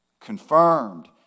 Confirmed